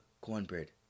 cornbread